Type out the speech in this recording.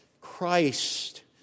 Christ